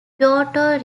kyoto